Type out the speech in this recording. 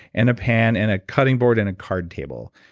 and a pan, and a cutting board, and a card table.